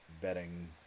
betting